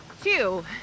two